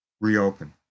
reopen